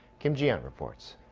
kim ji-yeon reports.